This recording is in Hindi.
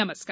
नमस्कार